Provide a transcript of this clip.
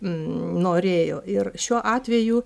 norėjo ir šiuo atveju